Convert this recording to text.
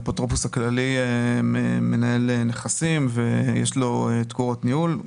האפוטרופוס הכללי מנהל נכסים ויש לו תקורות ניהול.